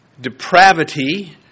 depravity